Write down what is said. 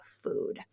food